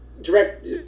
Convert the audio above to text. Direct